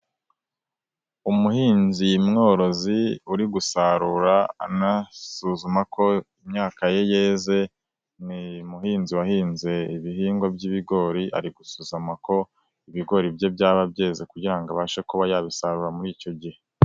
Umuhinzi mworozi uri gusarura anasuzuma ko imyaka ye yeze, ni muhinzi wahinze ibihingwa by'ibigori, ari gusuzuma ko ibigori bye byaba byeze kugira abashe kuba yabisarura muri icyo gihe.